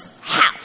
house